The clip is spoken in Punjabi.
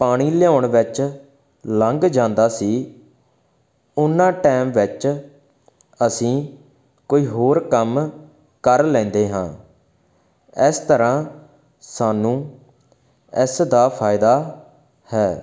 ਪਾਣੀ ਲਿਆਉਣ ਵਿੱਚ ਲੰਘ ਜਾਂਦਾ ਸੀ ਓਨਾ ਟਾਈਮ ਵਿੱਚ ਅਸੀਂ ਕੋਈ ਹੋਰ ਕੰਮ ਕਰ ਲੈਂਦੇ ਹਾਂ ਇਸ ਤਰ੍ਹਾਂ ਸਾਨੂੰ ਇਸ ਦਾ ਫਾਇਦਾ ਹੈ